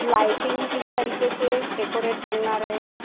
lighting किस तरीके से डेकोरेट करना रहेगा